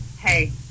hey